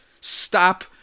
stop